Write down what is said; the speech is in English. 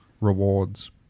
rewards